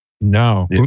No